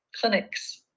clinics